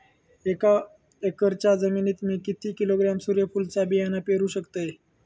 एक एकरच्या जमिनीत मी किती किलोग्रॅम सूर्यफुलचा बियाणा पेरु शकतय?